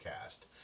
Cast